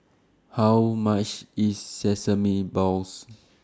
How much IS Sesame Balls